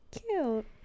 Cute